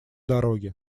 дороге